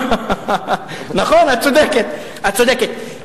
נכון, את צודקת, את צודקת.